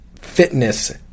fitness